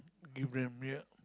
give them yeah